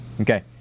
okay